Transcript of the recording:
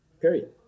period